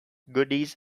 goodies